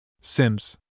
Sims